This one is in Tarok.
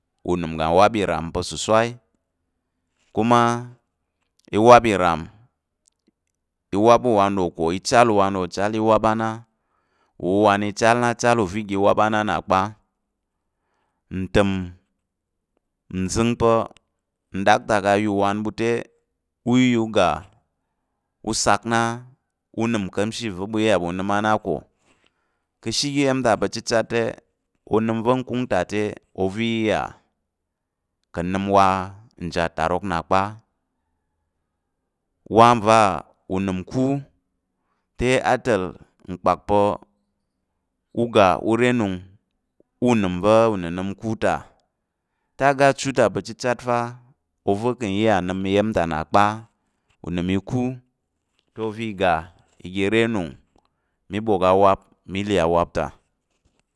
Unəm uga nwap ìram pa̱ susai kuma iwap ìram, kuma i wap uwan wò ko i chal uwan wò chal i wap á na uwuwan chal na chal na kpa uva̱ i ga i wap á na kpa, ntəm nzəng pa̱ nɗaktak a ya ûwan ɓu te u iya u ga u sak u nəm nka̱mshi va̱ ɓu iya ɓu nəm á na ko, ka̱ ashe oga iya̱m ta pa̱ chichat te onəm va̱ nkung ta te, ova̱ iya ka̱ nəm wa nji atarok nna kpa, wa nva unəm ku te ata̱l nkpak pa̱ u ga u re anung unəm va̱ unənəm ku ta, te oga achu ta pa̱ chuchat fa te ova̱ ka̱ iya nəm iya̱m ta kpa, unəm ìku te i ga ire anung mi bwok awap mi li awap ta.